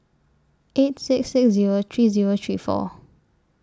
eight six six Zero three Zero three four